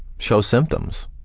show symptoms.